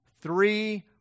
Three